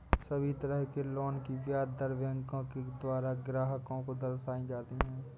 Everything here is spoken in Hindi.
सभी तरह के लोन की ब्याज दर बैंकों के द्वारा ग्राहक को दर्शाई जाती हैं